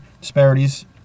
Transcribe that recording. disparities